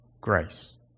grace